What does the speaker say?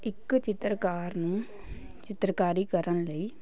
ਇੱਕ ਚਿੱਤਰਕਾਰ ਨੂੰ ਚਿੱਤਰਕਾਰੀ ਕਰਨ ਲਈ